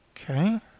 okay